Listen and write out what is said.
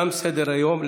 תם סדר-היום.